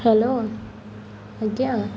hello ଆଜ୍ଞା